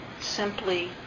simply